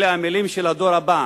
אלה המלים של הדור הבא